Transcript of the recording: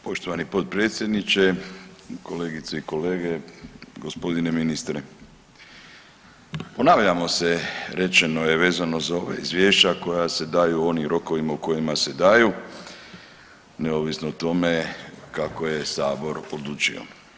Poštovani potpredsjedniče, kolegice i kolege, gospodine ministre, ponavljamo se rečeno je vezano za ova izvješća koja se daju u onim rokovima u kojima se daju neovisno o tome kako je sabor odlučio.